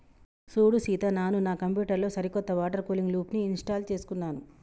సూడు సీత నాను నా కంప్యూటర్ లో సరికొత్త వాటర్ కూలింగ్ లూప్ని ఇంస్టాల్ చేసుకున్నాను